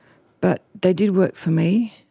but they did work for me.